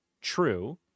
True